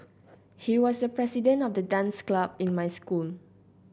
he was the president of the dance club in my school